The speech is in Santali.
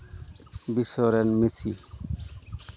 ᱵᱤᱥᱥᱚ ᱨᱮᱱ ᱢᱮᱥᱤ